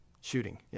Shooting